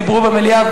דיברו במליאה,